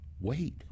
wait